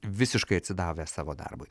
visiškai atsidavę savo darbui